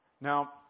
Now